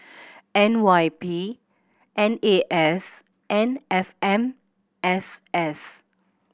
N Y P N A S and F M S S